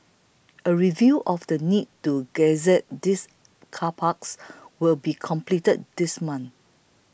a review of the need to gazette these car parks will be completed this month